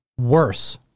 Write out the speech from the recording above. worse